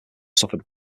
suffered